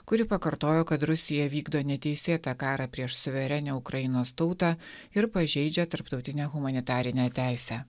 kuri pakartojo kad rusija vykdo neteisėtą karą prieš suverenią ukrainos tautą ir pažeidžia tarptautinę humanitarinę teisę